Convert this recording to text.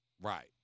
Right